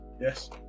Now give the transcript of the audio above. Yes